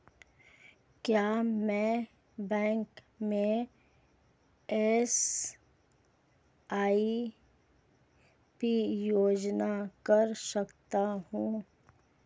क्या मैं बैंक में एस.आई.पी योजना कर सकता हूँ?